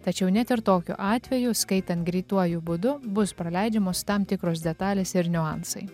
tačiau net ir tokiu atveju skaitant greituoju būdu bus praleidžiamos tam tikros detalės ir niuansai